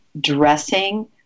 dressing